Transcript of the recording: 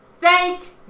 Thank